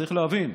צריך להבין: